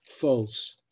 false